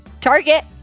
target